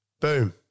Boom